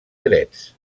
drets